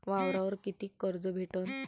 वावरावर कितीक कर्ज भेटन?